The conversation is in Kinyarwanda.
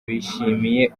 bishimiye